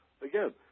Again